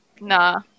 Nah